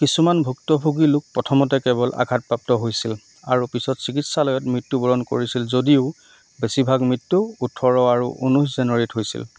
কিছুমান ভুক্তভোগী লোক প্ৰথমতে কেৱল আঘাতপ্ৰাপ্ত হৈছিল আৰু পিছত চিকিৎসালয়ত মৃত্যুবৰণ কৰিছিল যদিও বেছিভাগ মৃত্যু ওঠৰ আৰু ঊনৈছ জানুৱাৰীত হৈছিল